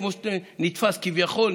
כמו שנתפס כביכול,